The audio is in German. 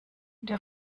die